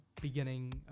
beginning